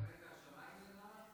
אתה מתכוון מהשמיים למעלה,